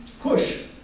push